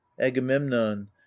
agamemnon